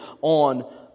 on